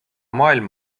maailm